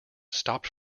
stopped